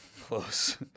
Close